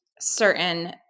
certain